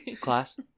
Class